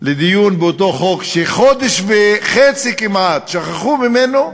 לדיון באותו חוק שחודש וחצי כמעט שכחו ממנו.